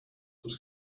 was